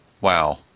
Wow